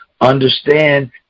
understand